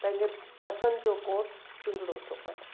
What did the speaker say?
पंहिंजे पसंदि जो कोर्स चूंडणो थो पए